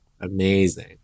Amazing